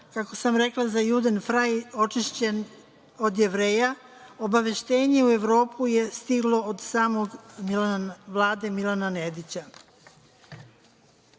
kako sam rekla za Juden fraj očišćen od Jevreja, obaveštenje u Evropu je stiglo od same Vlade Milana Nedića.